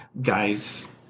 guys